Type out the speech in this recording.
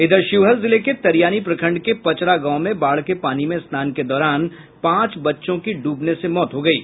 इधर शिवहर जिले के तरियानी प्रखंड के पचरा गांव में बाढ़ के पानी में स्नान के दौरान पांच बच्चों की डूबने से मौत हो गयी